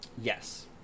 Yes